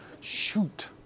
Shoot